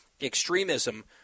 extremism